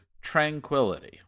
tranquility